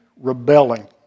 rebelling